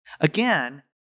Again